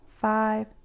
five